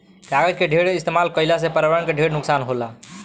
कागज के ढेर इस्तमाल कईला से पर्यावरण के ढेर नुकसान होला